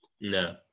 No